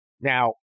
Now